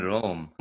Rome